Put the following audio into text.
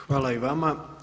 Hvala i vama.